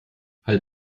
halt